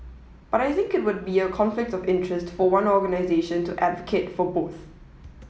but I think it would be a conflict of interest for one organisation to advocate for both